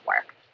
work